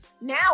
now